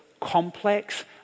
complex